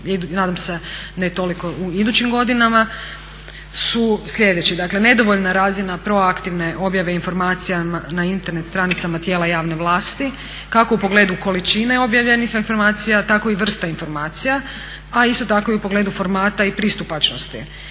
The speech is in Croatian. nadam se ne toliko u idućim godinama su sljedeći. Dakle nedovoljna razina proaktivne objave informacija na Internet stranicama tijela javne vlasti, kako u pogledu količine objavljenih informacija, tako i vrsta informacija a isto tako i u pogledu formata i pristupačnosti.